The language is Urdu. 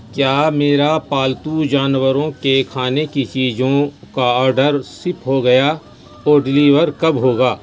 کیا میرا پالتو جانوروں کے کھانے کی چیزوں کا آڈر سپ ہو گیا وہ ڈلیور کب ہوگا